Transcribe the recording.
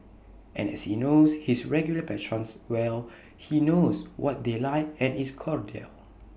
and as he knows his regular patrons well he knows what they like and is cordial